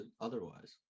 otherwise